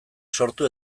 sortu